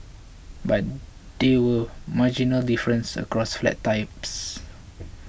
but there were marginally differences across flat types